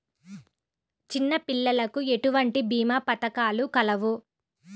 చిన్నపిల్లలకు ఎటువంటి భీమా పథకాలు కలవు?